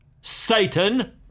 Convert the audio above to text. Satan